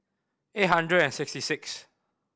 eight hundred and sixty six